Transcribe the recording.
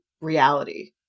reality